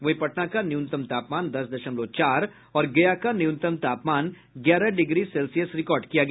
वहीं पटना का न्यूनतम तापमान दस दशमलव चार और गया का न्यूनतम तापमान ग्यारह डिग्री सेल्सियस रिकार्ड किया गया